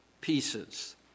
pieces